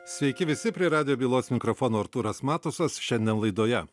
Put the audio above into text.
sveiki visi prie radijo bylos mikrofono artūras matusas šiandien laidoje